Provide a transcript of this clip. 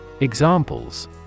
Examples